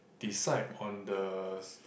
decide on the